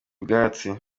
ubwatsi